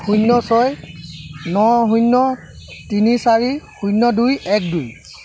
শূন্য ছয় ন শূন্য তিনি চাৰি শূন্য দুই এক দুই